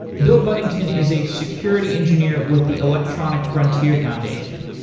bill budington is a security engineer with the electronic frontier foundation.